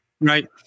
Right